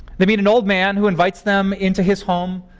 they meet an old man who invites them into his home,